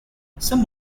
some